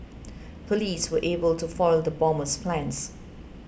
police were able to foil the bomber's plans